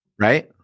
Right